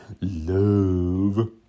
love